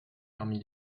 parmi